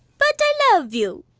but i love you.